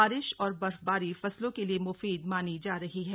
बारिश और बर्फबारी फसलों के लिए मुफीद मानी जा रही है